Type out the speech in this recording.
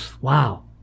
wow